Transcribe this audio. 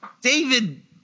David